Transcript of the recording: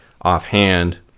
offhand